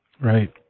right